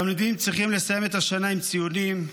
התלמידים צריכים לסיים את השנה עם ציונים,